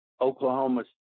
Oklahoma